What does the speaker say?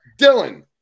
dylan